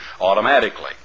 automatically